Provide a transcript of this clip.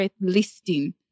listing